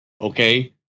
okay